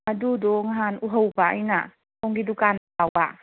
ꯑꯗꯨꯗꯣ ꯉꯍꯥꯟ ꯎꯍꯧꯕ ꯑꯩꯅ ꯁꯣꯝꯒꯤ ꯗꯨꯀꯥꯟꯗ ꯌꯥꯎꯕ